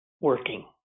working